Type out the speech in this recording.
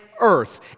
earth